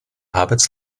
hobbits